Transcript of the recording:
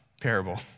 parable